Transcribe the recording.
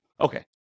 Okay